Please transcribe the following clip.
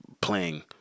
playing